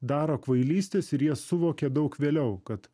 daro kvailystes ir jas suvokia daug vėliau kad